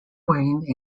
wayne